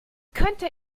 könnte